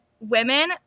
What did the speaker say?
women